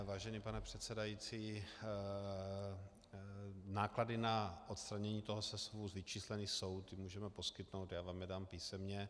Vážený pane předsedající, náklady na odstranění toho sesuvu vyčísleny jsou, ty můžeme poskytnout a já vám je dám písemně.